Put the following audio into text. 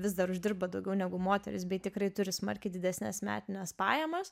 vis dar uždirba daugiau negu moterys bei tikrai turi smarkiai didesnes metines pajamas